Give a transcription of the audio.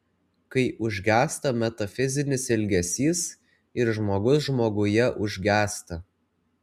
kai užgęsta metafizinis ilgesys ir žmogus žmoguje užgęsta